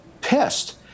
pissed